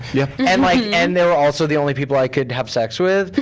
yeah and like and they were also the only people i could have sex with.